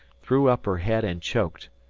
threw up her head and choked.